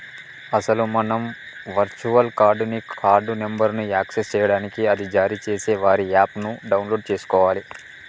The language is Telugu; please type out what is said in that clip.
అసలు మనం వర్చువల్ కార్డ్ ని కార్డు నెంబర్ను యాక్సెస్ చేయడానికి అది జారీ చేసే వారి యాప్ ను డౌన్లోడ్ చేసుకోవాలి